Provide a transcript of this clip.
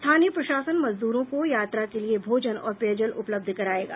स्थानीय प्रशासन मजदूरों को यात्रा के लिए भोजन और पेयजल उपलब्ध कराएगा